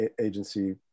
agency